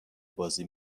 بازی